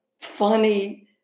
funny